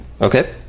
Okay